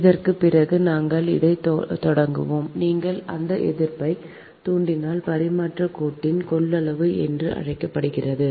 இதற்குப் பிறகு நாங்கள் இதைத் தொடங்குவோம் நீங்கள் அந்த எதிர்ப்பை தூண்டல் பரிமாற்றக் கோட்டின் கொள்ளளவு என்று அழைக்கிறீர்கள்